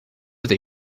that